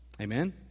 Amen